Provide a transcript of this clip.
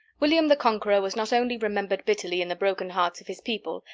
william the conqueror was not only remembered bitterly in the broken hearts of his people,